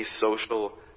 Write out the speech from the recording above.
social